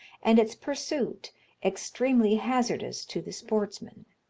and its pursuit extremely hazardous to the sportsman.